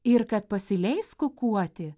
ir kad pasileis kukuoti